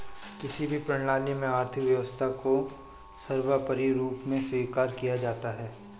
किसी भी प्रणाली में आर्थिक व्यवस्था को सर्वोपरी रूप में स्वीकार किया जाता है